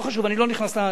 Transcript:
לא חשוב, אני לא נכנס לזה.